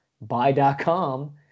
Buy.com